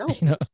No